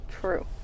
True